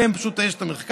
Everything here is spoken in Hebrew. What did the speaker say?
שעליהם פשוט יש את המחקר,